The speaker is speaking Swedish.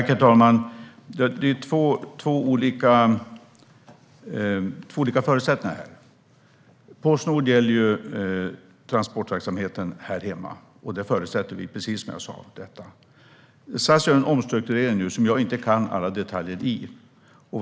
Herr talman! Det är två olika förutsättningar. Postnord gäller transportverksamheten här hemma. Där förutsätter vi detta, precis som jag sa. SAS gör nu en omstrukturering som jag inte kan alla detaljer om.